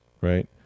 Right